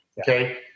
Okay